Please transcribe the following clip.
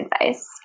advice